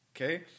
okay